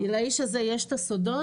לאיש הזה יש את הסודות,